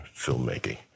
filmmaking